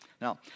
Now